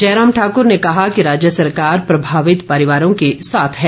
जयराम ठाक्र ने कहा कि राज्य सरकार प्रभावित परिवारों के साथ है